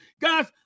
Guys